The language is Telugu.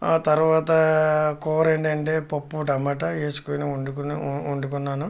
ఆ తరువాత కూర ఏంటంటే పప్పు టమోట వేసుకొని వండుకున్న వండుకొన్నాను